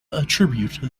attribute